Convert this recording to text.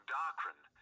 doctrine